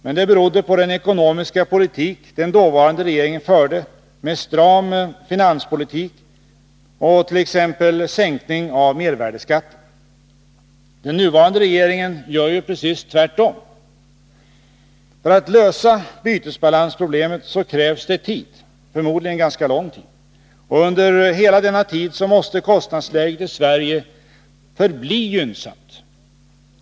Det berodde i stället på den ekonomiska politik som den dåvarande regeringen förde, med stram finanspolitik och t.ex. sänkning av mervärdeskatten. Den nuvarande regeringen gör precis tvärtom. För att lösa bytesbalansproblemet krävs det tid, förmodligen ganska lång tid. Och under hela denna tid måste kostnadsläget i Sverige förbli gynnsamt.